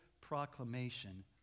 proclamation